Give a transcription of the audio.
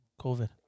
COVID